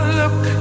look